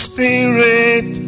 Spirit